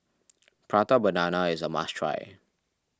Prata Banana is a must try